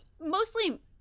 mostly